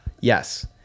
Yes